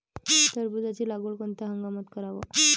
टरबूजाची लागवड कोनत्या हंगामात कराव?